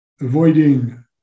avoiding